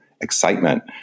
excitement